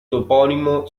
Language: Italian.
toponimo